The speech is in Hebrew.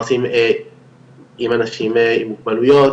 מה עושים עם אנשים עם מוגבלויות,